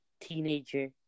teenager